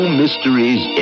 mysteries